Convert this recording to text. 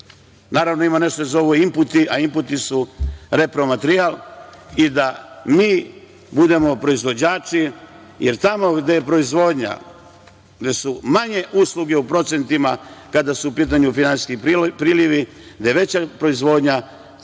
kupac. Ima nešto što se zovu inputi, a inputi su repromaterijal i da mi budemo proizvođači jer tamo gde je proizvodnja, gde su manje usluge u procentima kada su u pitanju finansijski prilivi, gde je veća proizvodnja ta